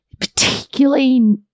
particularly